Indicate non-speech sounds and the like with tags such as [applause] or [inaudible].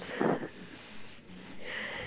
[laughs]